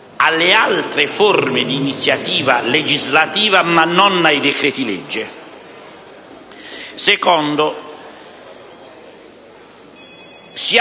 alle altre forme di iniziativa legislativa, ma non ai decreti-legge.